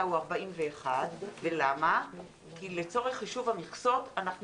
הוא 41. לצורך חישוב המכסות אנחנו